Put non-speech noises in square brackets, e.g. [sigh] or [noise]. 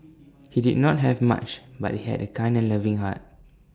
[noise] he did not have much but he had A kind and loving heart